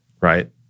right